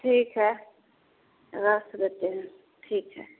ठीक है रख देते हैं ठीक है